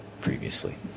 previously